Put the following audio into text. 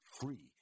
free